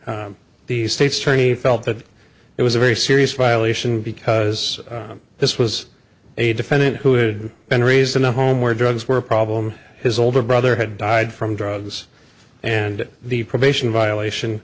the state's attorney felt that it was a very serious violation because this was a defendant who had been raised in a home where drugs were a problem his older brother had died from drugs and the probation violation